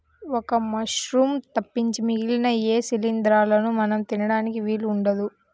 ఒక్క మశ్రూమ్స్ తప్పించి మిగిలిన ఏ శిలీంద్రాలనూ మనం తినడానికి వీలు ఉండదు